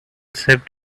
saved